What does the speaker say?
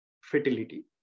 fertility